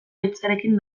hitzarekin